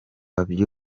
buryo